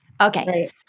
Okay